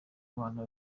rwanda